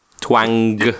Twang